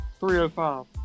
305